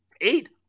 Eight-